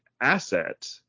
asset